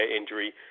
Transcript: injury